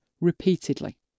repeatedly